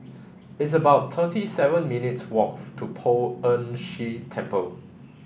it's about thirty seven minutes' walk to Poh Ern Shih Temple